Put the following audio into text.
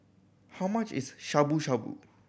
how much is Shabu Shabu